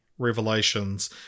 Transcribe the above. Revelations